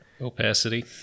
opacity